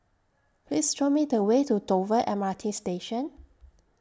Please Show Me The Way to Dover M R T Station